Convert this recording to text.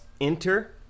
enter